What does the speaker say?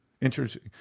Interesting